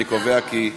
אני קובע כי,